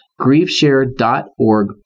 Griefshare.org